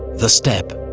the steppe,